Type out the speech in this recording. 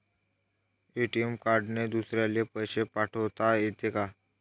ATM कार्डने दुसऱ्याले पैसे पाठोता येते का?